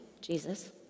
Jesus